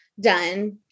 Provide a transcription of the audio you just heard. done